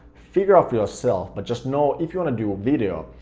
figure out for yourself, but just know if you want to do video,